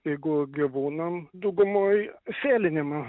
jeigu gyvūnam daugumoj sėlinimo